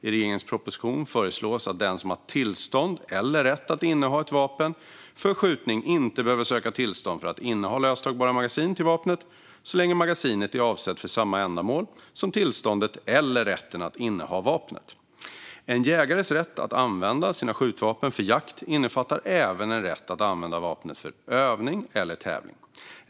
I regeringens proposition föreslås att den som har tillstånd eller rätt att inneha ett vapen för skjutning inte behöver söka tillstånd för att inneha löstagbara magasin till vapnet så länge magasinet är avsett för samma ändamål som tillståndet eller rätten att inneha vapnet. En jägares rätt att använda sina skjutvapen för jakt innefattar även en rätt att använda vapnet för övning eller tävling.